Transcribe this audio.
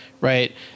right